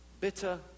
bitter